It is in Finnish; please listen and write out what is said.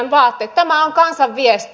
tämä on kansan viesti